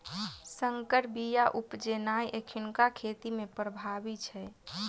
सँकर बीया उपजेनाइ एखुनका खेती मे प्रभावी छै